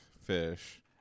fish